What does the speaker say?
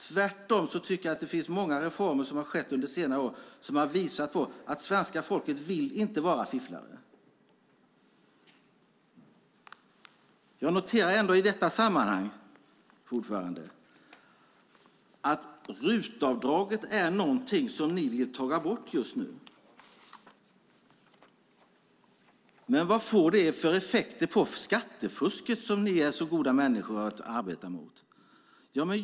Tvärtom tycker jag att många reformer som har genomförts under senare år har visat att svenska folket inte vill vara fifflare. Jag noterar i detta sammanhang, fru talman, att RUT-avdraget är något som ni just nu vill ta bort. Men vilka effekter får det på skattefusket, som ni är så goda människor att arbeta mot?